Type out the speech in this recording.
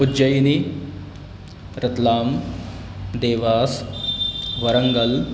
उज्जैनी रत्लामः देवासः वरङ्गलः